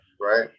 right